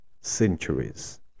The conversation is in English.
centuries